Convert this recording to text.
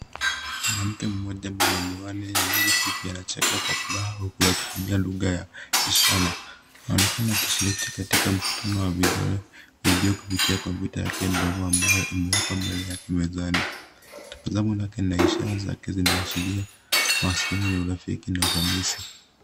Mwanamke mmoja mwenye miwani na nywele fupi anacheka kwa furaha huku akitumia lugha ya ishara. Anaonekana akishiriki katika mkutano wa video kupitia kompyuta yake ndogo ambayo imewekwa mbele yake mezani. Tazamo lake na ishara zake zinaashiria mawasiliano ya urafiki na ufanisi.